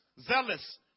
zealous